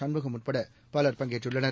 சண்முகம் உட்பட பலர் பங்கேற்றுள்ளனர்